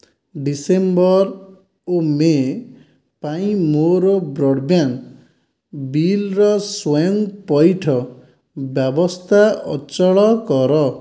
December ଓ May ପାଇଁ ମୋର ବ୍ରଡ଼୍ବ୍ୟାଣ୍ଡ୍ ବିଲ୍ର ସ୍ଵୟଂ ପଇଠ ବ୍ୟବସ୍ଥା ଅଚଳ କର